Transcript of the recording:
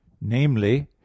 namely